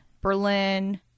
Berlin